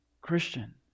Christian